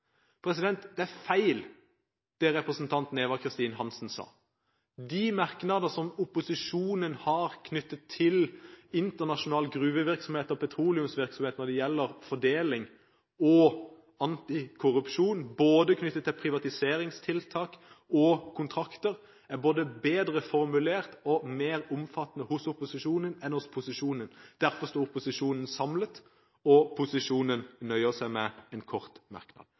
Det er feil det som representanten Eva Kristin Hansen sa. Merknadene knyttet til internasjonal gruvevirksomhet og petroleumsvirksomhet når det gjelder fordeling og antikorrupsjon – både privatiseringstiltak og kontrakter – er både bedre formulert og mer omfattende hos opposisjonen enn hos posisjonen. Derfor står opposisjonen samlet, og posisjonen nøyer seg med en kort merknad.